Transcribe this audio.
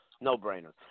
no-brainer